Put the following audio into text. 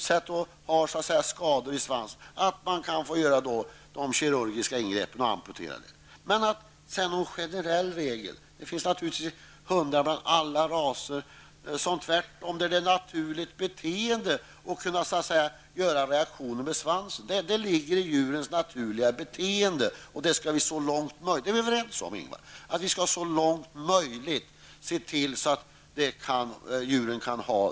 Det finns även här möjlighet att göra kirurgiska ingrepp och amputera svansen på de hundar som har skador på svansen. Det finns naturligtvis hundar bland alla raser där det tvärtom är ett naturligt beteende att visa sina reaktioner med svansen. Det ligger i djurens naturliga beteende, och vi skall så långt möjligt se till att djuren lever under naturliga förhållanden, Ingvar Eriksson.